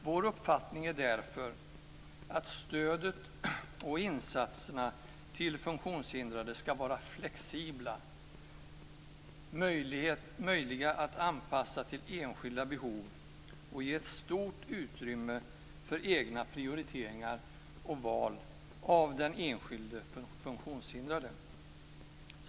Vår uppfattning är därför att stödet och insatserna till funktionshindrade ska vara flexibla, möjliga att anpassa till enskilda behov och ge stort utrymme för egna prioriteringar och val av den enskilde funktionshindrade.